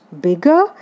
bigger